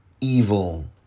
evil